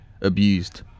abused